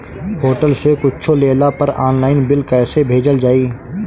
Hotel से कुच्छो लेला पर आनलाइन बिल कैसे भेजल जाइ?